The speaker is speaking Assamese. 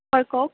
হয় কওক